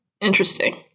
Interesting